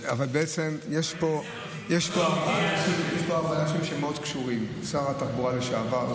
יש פה הרבה אנשים שמאוד קשורים: שר התחבורה לשעבר,